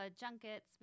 junkets